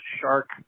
shark